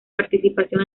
participación